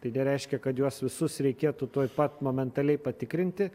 tai nereiškia kad juos visus reikėtų tuoj pat momentaliai patikrinti